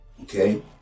okay